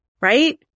Right